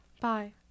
Bye